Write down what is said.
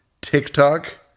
TikTok